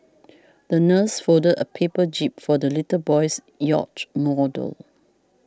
the nurse folded a paper jib for the little boy's yacht model